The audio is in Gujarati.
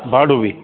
ભાડું બી